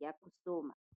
ya kusoma .